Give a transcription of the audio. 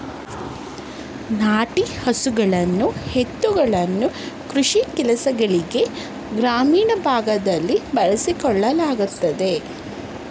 ನಾಟಿ ಹಸುಗಳನ್ನು ಎತ್ತುಗಳನ್ನು ಕೃಷಿ ಕೆಲಸಗಳಿಗೆ ಗ್ರಾಮೀಣ ಭಾಗದಲ್ಲಿ ಬಳಸಿಕೊಳ್ಳಲಾಗುತ್ತದೆ